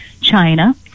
China